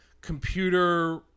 computer